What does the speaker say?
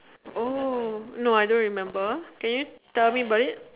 oh no I don't remember can you tell me about it